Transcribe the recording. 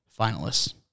finalists